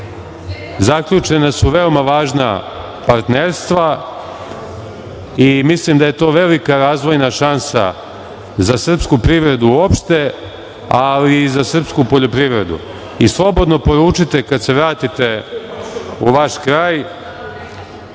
zaključena su veoma važna partnerstva. Mislim da je to velika razvojna šansa za srpsku privredu uopšte, ali i za srpsku poljoprivredu. Slobodno poručite, kad se vratite u vaš kraj,